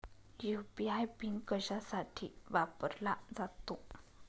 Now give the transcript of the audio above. UPI PIN कशासाठी वापरला जातो?